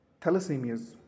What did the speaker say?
Thalassemias